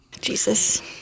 Jesus